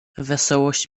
wesołość